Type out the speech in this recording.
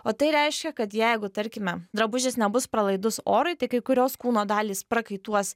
o tai reiškia kad jeigu tarkime drabužis nebus pralaidus orui tai kai kurios kūno dalys prakaituos